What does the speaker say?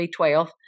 B12